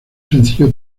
sencillo